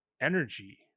energy